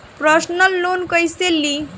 Personal loan कैसे ली?